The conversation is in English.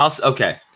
okay